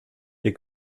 est